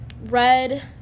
red